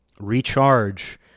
recharge